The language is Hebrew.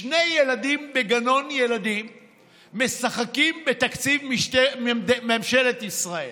שני ילדים בגנון ילדים משחקים בתקציב ממשלת ישראל,